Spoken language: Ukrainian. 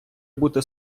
бути